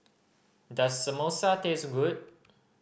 does Samosa taste good